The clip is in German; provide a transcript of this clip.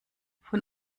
von